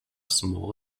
small